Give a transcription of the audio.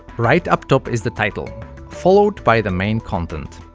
right up top is the title followed by the main content.